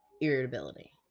irritability